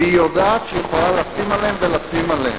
והיא יודעת שהיא יכולה לשים עליהם ולשים עליהם.